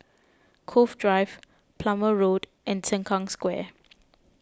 Cove Drive Plumer Road and Sengkang Square